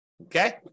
okay